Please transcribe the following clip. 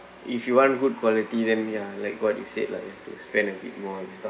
if you want good quality them ya like what you said like you have to spend a bit more and stuff